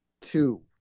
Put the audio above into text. two